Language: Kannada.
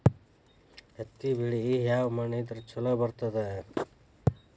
ಹತ್ತಿ ಬೆಳಿ ಯಾವ ಮಣ್ಣ ಇದ್ರ ಛಲೋ ಬರ್ತದ?